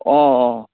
অ